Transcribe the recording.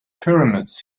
pyramids